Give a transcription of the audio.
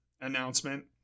announcement